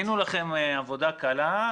עשינו לכם עבודה קלה.